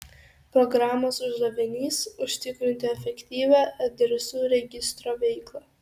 programos uždavinys užtikrinti efektyvią adresų registro veiklą